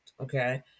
okay